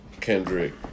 Kendrick